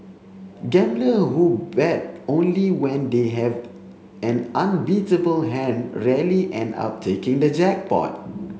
gambler who bet only when they have an unbeatable hand rarely end up taking the jackpot